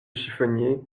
chiffonnier